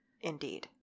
indeed